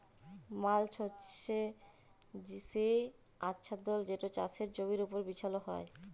mulch হছে সে আচ্ছাদল যেট চাষের জমির উপর বিছাল হ্যয়